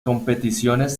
competiciones